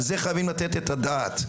חייבים לתת על זה את הדעת.